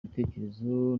ibitekerezo